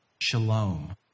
shalom